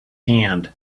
hand